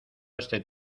este